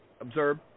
observe